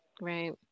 right